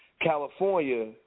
California